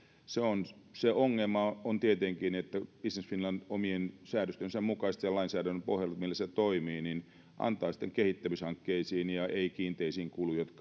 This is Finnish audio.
on yrityksillä se ongelma on tietenkin se että business finland omien säädöstensä mukaisesti ja sen lainsäädännön pohjalta millä se toimii antaa rahoitusta sitten kehittämishankkeisiin ei kiinteisiin kuluihin jotka ovat ne jotka tulevat